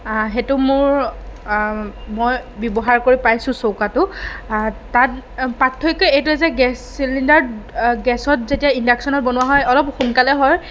সেইটো মোৰ মই ব্যৱহাৰ কৰি পাইছোঁ চৌকাটো তাত পাৰ্থক্য এইটোৱে যে গেছ চিলিণ্ডাৰত গেছত যেতিয়া ইণ্ডাকশ্যনত বনোৱা হয় অলপ সোনকালে হয়